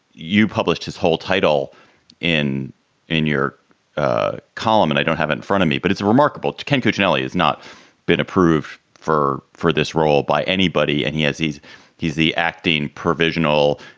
you published his whole title in in your column and i don't have in front of me. but it's remarkable to ken cuccinelli has not been approved for for this role by anybody. and he has he's he's the acting provisional,